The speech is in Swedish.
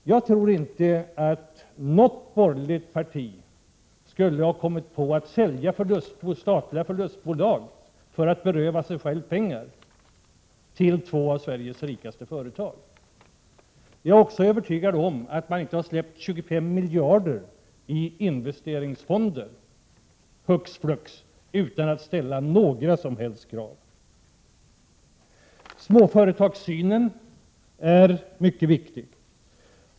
Jag tror inte att något borgerligt parti skulle ha kommit på att sälja statliga förlustbolag till två av Sveriges rikaste företag för att beröva sig själv pengar. Jag är också övertygad om att man inte hux flux skulle ha släppt 25 miljarder i investeringsfonderna till samma företag utan att ställa några som helst krav. Synen på småföretagen är också mycket viktig.